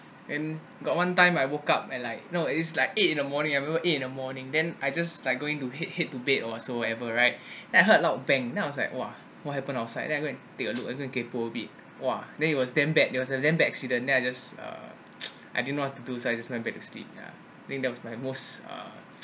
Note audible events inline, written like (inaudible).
and got one time I woke up at like you now is like eight in the morning eight in the morning then I just like going to hit hit to bed or whatsoever right (breath) I heard a loud bang then I was like !wah! what happened outside then I go and take a look go and kaypoh a bit !wah! then it was damn bad there was damn bad accident then I just uh (noise) I didn't know what to do so I just went back to sleep yeah think that was my most uh